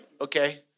Okay